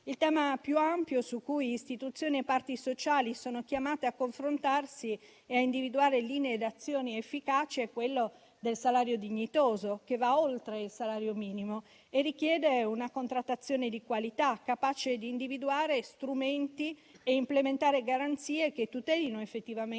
Il tema più ampio, su cui istituzioni e parti sociali sono chiamate a confrontarsi e a individuare linee d'azione efficaci, è quello del salario dignitoso, che va oltre il salario minimo e richiede una contrattazione di qualità, capace di individuare strumenti e implementare garanzie che tutelino effettivamente